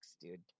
dude